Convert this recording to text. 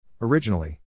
Originally